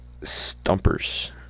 Stumpers